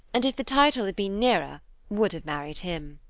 and if the title had been nearer would have married him.